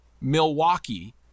Milwaukee